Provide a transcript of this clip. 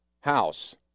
house